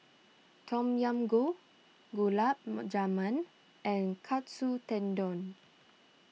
Tom Yam Goong Gulab Ma Jamun and Katsu Tendon